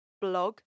blog